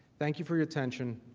thank you for your attention.